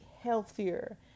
healthier